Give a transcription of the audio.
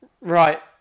right